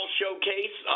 showcase